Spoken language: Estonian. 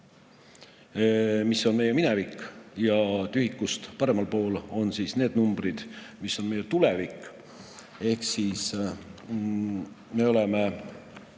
pool on meie minevik ja tühikust paremal pool on need numbrid, mis on meie tulevik. Ehk siis me oleme